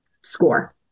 score